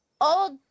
old